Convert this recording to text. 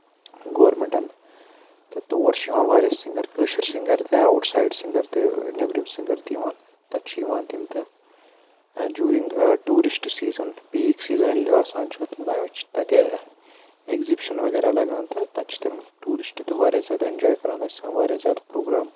گورمٮ۪نٛٹَن تہٕ تور چھِ یِوان واریاہ سِنٛگَر کٲشُر سِنٛگَر تہِ آوُٹ سایڈ سِنٛگَر تہِ نیٚبرِم سِنٛگَر تہِ یِوان تَتہِ چھُ یِوان تِم تہٕ during tourist season peak season ییٚلہِ آسان چھُ تہٕ تَمہِ وِزِ چھِ تَتہِ اٮ۪گزِبِشَن وغیرہ لَگان تہٕ تَتہِ چھِ تِم ٹوٗرِسٹ تہِ واریاہ زیادٕ اٮ۪نجاے کَران تَتہِ چھِ آسان واریاہ زیادٕ پرٛوگرام